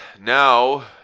now